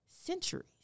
centuries